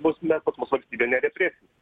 bausmę pas mus valstybė nerepresinė